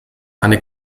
eine